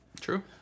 True